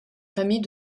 famille